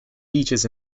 beaches